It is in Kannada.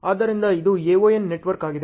ಆದ್ದರಿಂದ ಇದು AoN ನೆಟ್ವರ್ಕ್ ಆಗಿದೆ